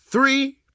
three